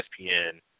ESPN